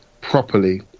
properly